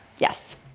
Yes